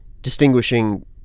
distinguishing